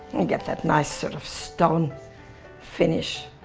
and get that nice sort of stone finish.